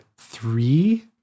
three